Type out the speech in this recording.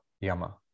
Yama